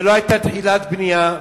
ולא היתה תחילת בנייה,